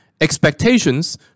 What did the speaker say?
expectations